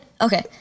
Okay